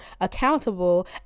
accountable